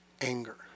anger